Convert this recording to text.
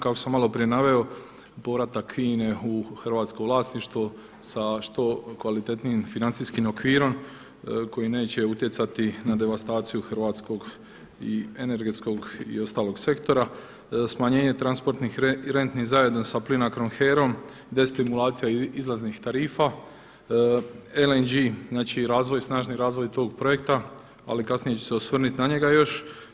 Kako sam malo prije naveo povratak INA-e u hrvatsko vlasništvo sa što kvalitetnijim financijskim okvirom koji neće utjecati na devastaciju hrvatskog i energetskog i ostalog sektora, smanjenje transportnih renti zajedno sa PLINACRO-om, HERA-om, destimulacija izlaznih tarifa, LNG, znači razvoj, snažni razvoj tog projekta ali kasnije ću se osvrnuti na njega još.